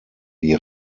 die